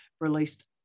released